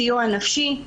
סיוע נפשי,